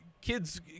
kids